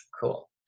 Cool